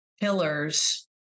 pillars